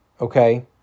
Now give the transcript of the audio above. okay